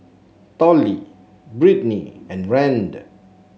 Tollie Brittnie and Rand